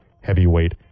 heavyweight